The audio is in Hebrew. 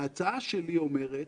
ההצעה שלי אומרת